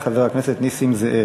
חבר הכנסת נסים זאב.